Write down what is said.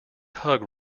hug